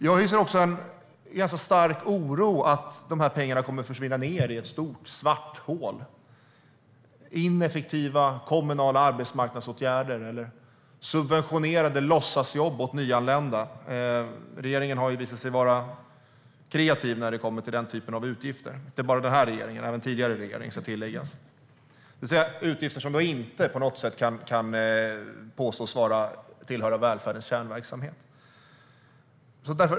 Jag hyser också en stark oro för att pengarna kommer att försvinna ned i ett stort svart hål med ineffektiva kommunala arbetsmarknadsåtgärder eller subventionerade låtsasjobb åt nyanlända. Regeringen har ju visat sig vara kreativ när det gäller den typen av utgifter. Det gäller inte bara den här regeringen utan även den tidigare regeringen, ska tilläggas. Detta är utgifter som inte på något sätt kan påstås tillhöra välfärdens kärnverksamhet.